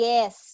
Yes